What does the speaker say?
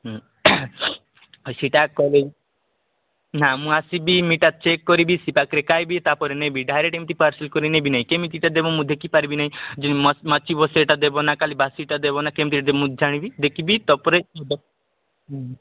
ହୁଁ ସେଇଟା କରେ ନାଁ ମୁଁ ଆସିବି ମିଠା ଚେକ୍ କରିବି ସେ ପାଖରେ ଖାଇବି ତାପରେ ନେବି ଡାଇରେକ୍ଟ୍ ଏମିତି ପାର୍ସଲ୍ କରି ନେବିନାହିଁ କେମିତିକା ଦେବ ମୁଁ ଦେଖିପାରିବି ନାହିଁ ଯେନ ମାଛ ମାଛି ବସେ ସେଟା ଦେବ ନାଁ କାଲି ବାସିଟା ଦେବ ନାଁ କେମିତି ମୁଁ ଜାଣିବି ଦେଖିବି ତାପରେ ଦେବ ହୁଁ